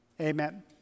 Amen